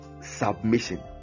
submission